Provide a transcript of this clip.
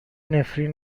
نفرین